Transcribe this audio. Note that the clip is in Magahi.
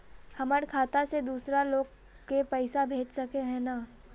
हमर खाता से दूसरा लोग के पैसा भेज सके है ने?